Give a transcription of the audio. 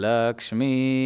Lakshmi